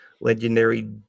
legendary